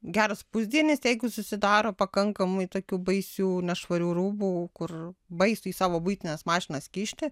geras pusdienis jeigu susidaro pakankamai tokių baisių nešvarių rūbų kur baisu į savo buitines mašinas kišti